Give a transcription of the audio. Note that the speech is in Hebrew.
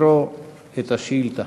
אדוני, נא לגשת למיקרופון ולקרוא את השאילתה.